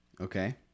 Okay